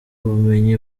ubumenyi